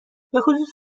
بخصوص